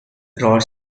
rod